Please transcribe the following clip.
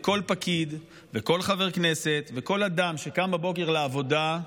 כל פקיד וכל חבר כנסת וכל אדם שקם בבוקר לעבודה,